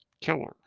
killer